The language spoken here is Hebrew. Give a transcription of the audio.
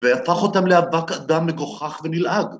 ‫והפך אותם לאבק אדם מגוחך ונלעג.